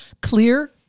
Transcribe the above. clear